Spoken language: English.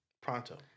pronto